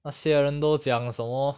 那些人都讲什么